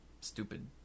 stupid